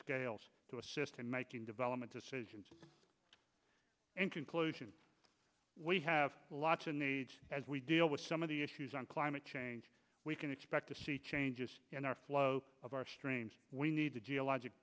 scales to assist in making development decisions in conclusion we have lots of needs as we deal with some of the issues on climate change we can expect to see changes in our flow of our streams we need to geologic